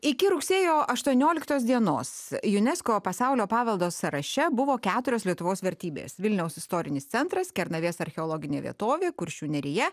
iki rugsėjo aštuonioliktos dienos unesco pasaulio paveldo sąraše buvo keturios lietuvos vertybės vilniaus istorinis centras kernavės archeologinė vietovė kuršių nerija